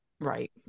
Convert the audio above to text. Right